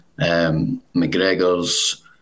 McGregor's